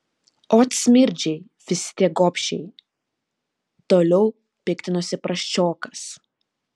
ot smirdžiai visi tie gobšiai toliau piktinosi prasčiokas